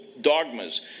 dogmas